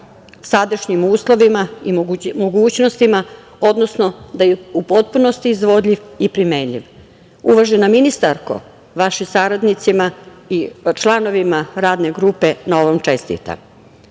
sadašnjim uslovima i mogućnostima, odnosno da u potpunosti izvodljiv i primenjiv. Uvažena ministarko, vašim saradnicima i članovima Radne grupe na ovom čestitam. Ovaj